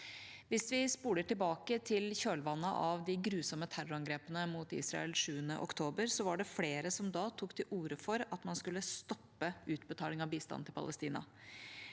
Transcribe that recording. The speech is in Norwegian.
Hvis vi spoler tilbake til kjølvannet av de grusomme terrorangrepene mot Israel 7. oktober, var det flere som da tok til orde for at man skulle stoppe utbetaling av bistand til Palestina.